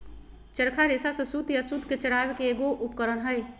चरखा रेशा से सूत या सूत के चरावय के एगो उपकरण हइ